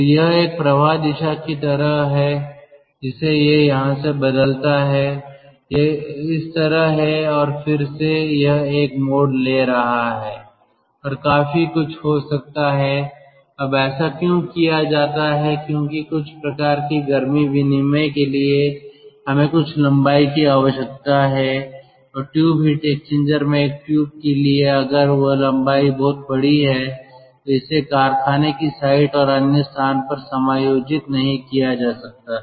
तो यह एक प्रवाह दिशा की तरह है जिसे यह यहाँ से बदलता है यह इस तरह है और फिर से यह एक मोड़ ले रहा है और काफी कुछ हो सकता है अब ऐसा क्यों किया जाता है क्योंकि कुछ प्रकार की गर्मी विनिमय के लिए हमें कुछ लंबाई की आवश्यकता है और ट्यूब हीट एक्सचेंजर में एक ट्यूब के लिए अगर वह लंबाई बहुत बड़ी है तो इसे कारखाने की साइट और अन्य स्थान पर समायोजित नहीं किया जा सकता